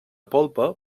polpa